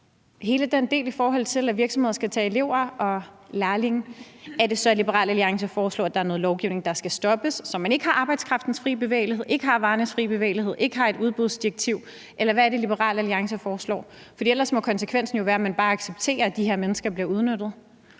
Er det så Liberal Alliances forslag, at der er noget lovgivning, der skal stoppes, så man ikke har arbejdskraftens fri bevægelighed og ikke har varernes frie bevægelighed og ikke har et udbudsdirektiv? Eller hvad er det, Liberal Alliance foreslår? For ellers må konsekvensen jo være, at man bare accepterer, at de her mennesker bliver udnyttet.